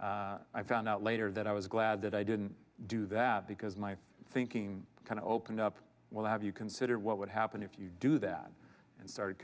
i found out later that i was glad that i didn't do that because my thinking kind of opened up well have you considered what would happen if you do that and started